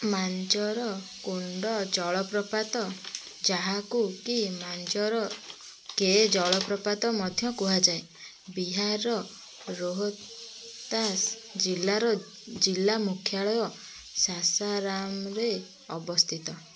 ମାଞ୍ଝର କୁଣ୍ଡ ଜଳପ୍ରପାତ ଯାହାକୁ କି ମାଞ୍ଝର କେ ଜଳପ୍ରପାତ ମଧ୍ୟ କୁହାଯାଏ ବିହାରର ରୋହ୍ତାସ ଜିଲ୍ଲାର ଜିଲ୍ଲା ମୁଖ୍ୟାଳୟ ସାସାରାମରେ ଅବସ୍ଥିତ